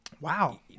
Wow